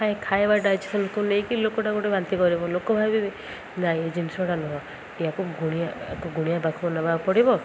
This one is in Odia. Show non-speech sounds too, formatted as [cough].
କାଇଁ ଖାଇବା [unintelligible] ନେଇକି ଲୋକଟା ଗୋଟେ ବାନ୍ତି କରିବ ଲୋକ ଭାବିବି ନାଇଁ ଏଇ ଜିନିଷଟାୁହଁ ୟକୁ ଗୁଣିଆ ଆକୁ ଗୁଣିଆ ପାଖକୁ ନେବାକୁ ପଡ଼ିବ